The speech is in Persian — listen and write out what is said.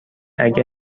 اگه